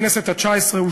הכנסת התשע-עשרה,